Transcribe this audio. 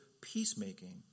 peacemaking